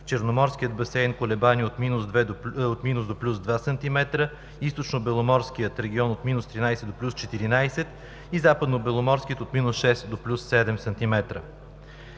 Черноморския басейн - колебания от минус до плюс 2 см, Източнобеломорския регион – от минус 13 до плюс 14, и Западнобеломорския – от минус 6 до плюс 7 см.